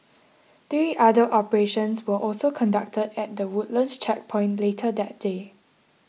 three other operations were also conducted at the Woodlands Checkpoint later that day